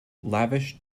lavish